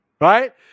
right